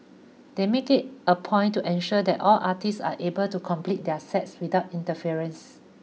they make it a point to ensure that all artists are able to complete their sets without interference